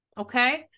Okay